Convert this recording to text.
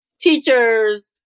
Teachers